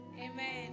Amen